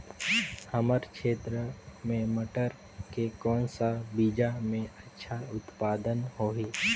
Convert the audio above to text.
हमर क्षेत्र मे मटर के कौन सा बीजा मे अच्छा उत्पादन होही?